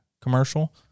commercial